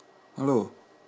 hello